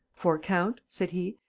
for, count said he,